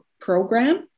program